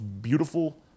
beautiful